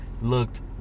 looked